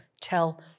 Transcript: tell